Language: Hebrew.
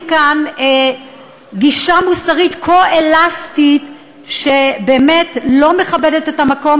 כאן גישה מוסרית כה אלסטית שבאמת לא מכבדת את המקום